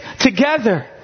together